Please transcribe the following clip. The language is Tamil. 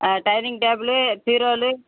ah dining table பீரோலு